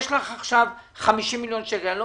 יש לך עכשיו 50 מיליון שקל אני לא